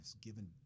given